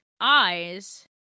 eyes